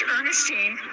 Ernestine